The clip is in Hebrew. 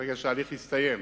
ברגע שההליך יסתיים